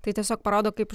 tai tiesiog parodo kaip